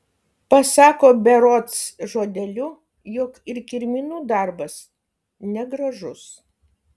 pasako berods žodeliu jog ir kirminų darbas negražus